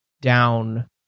down